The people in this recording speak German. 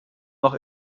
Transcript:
noch